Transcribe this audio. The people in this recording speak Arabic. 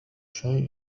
شيء